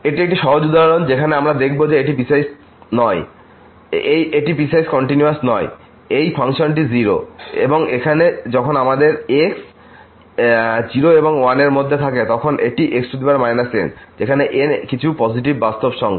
এটি একটি সহজ উদাহরণ যেখানে আমরা দেখব যে এটিপিসওয়াইস নয় এটিপিসওয়াইস কন্টিনিউয়াস নয় এবং এই ফাংশনটি 0 এবং এখানে যখন আমাদের x 0 এবং 1 এর মধ্যে থাকে তখন এটি x n যেখানে n কিছু পজিটিভ বাস্তব সংখ্যা